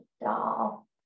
doll